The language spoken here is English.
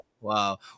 Wow